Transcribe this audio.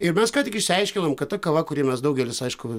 ir mes ką tik išsiaiškinom kad ta kava kurį mes daugelis aišku